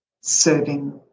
serving